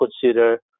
consider